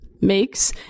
makes